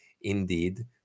indeed